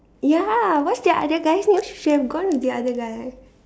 ya what's the other guy name should have gone with the other guy